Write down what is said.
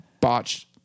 botched